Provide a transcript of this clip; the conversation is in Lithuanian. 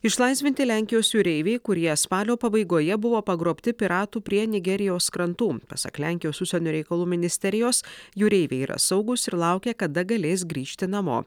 išlaisvinti lenkijos jūreiviai kurie spalio pabaigoje buvo pagrobti piratų prie nigerijos krantų pasak lenkijos užsienio reikalų ministerijos jūreiviai yra saugūs ir laukia kada galės grįžti namo